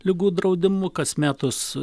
ligų draudimu kas metus